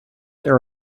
there